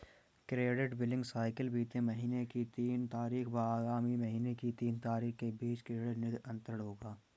credit billing cycle बीते महीने की तीन तारीख व आगामी महीने की तीन तारीख के बीच क्रेडिट निधि अंतरण होगा